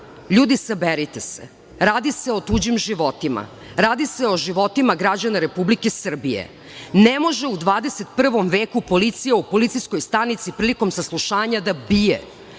Ljudi, saberite se, radi se o tuđim životima, radi se o životima građana Republike Srbije. Ne može u 21. veku policija u policijskoj stanici, prilikom saslušanja, da bije.